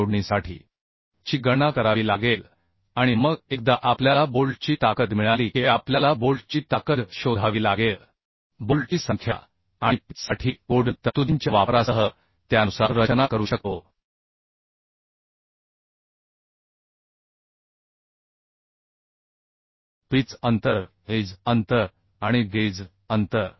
त्या जोडणी आपल्याला पाहावी लागेल आणि त्यानुसार आपल्याला बाहेरच्या फोर्स ची गणना करावी लागेल आणि मग एकदा आपल्याला बोल्टची ताकद मिळाली की आपल्याला बोल्टची ताकद शोधावी लागेल बोल्टची संख्या आणि पिच साठी कोडल तरतुदींच्या वापरासह त्यानुसार रचना करू शकतो पिच अंतर एज अंतर आणि गेज अंतर